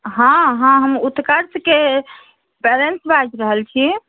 हॅं हॅं हम उत्कर्ष के परेंट्स बाजि रहल छी